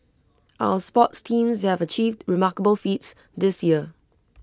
our sports teams have achieved remarkable feats this year